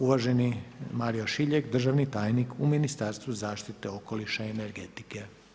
Uvaženi Mario Šiljeg, državni tajnik u Ministarstvu zaštite okoliša i energetike.